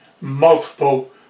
multiple